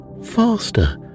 Faster